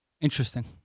Interesting